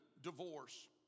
divorce